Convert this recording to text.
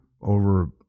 over